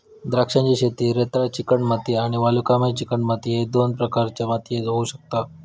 द्राक्षांची शेती रेताळ चिकणमाती आणि वालुकामय चिकणमाती ह्य दोन प्रकारच्या मातीयेत होऊ शकता